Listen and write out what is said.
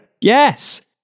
Yes